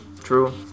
True